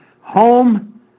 home